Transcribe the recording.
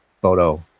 photo